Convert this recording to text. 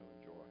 enjoy